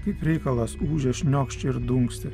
kaip reikalas ūžia šniokščia ir dunksi